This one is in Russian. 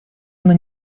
она